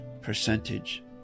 percentage